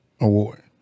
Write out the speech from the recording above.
Award